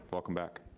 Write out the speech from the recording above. welcome back.